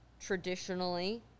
traditionally